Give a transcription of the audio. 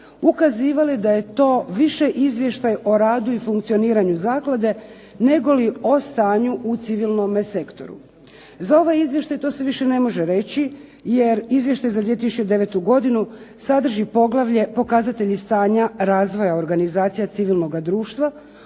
ukazivali da je to više izvještaj o radu i funkcioniranju zaklade negoli o stanju u civilnome sektoru. Za ovaj izvještaj to se više ne može reći, jer izvještaj za 2009. godinu sadrži poglavlje Pokazatelji stanja razvoja organizacija civilnoga društva